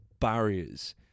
barriers